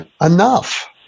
enough